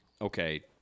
okay